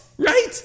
Right